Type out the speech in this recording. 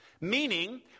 Meaning